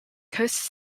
coast